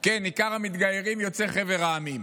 אותנו, כן, עיקר המתגיירים יוצאי חבר המדינות.